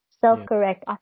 Self-correct